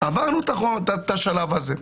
עברנו את השלב הזה.